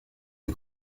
les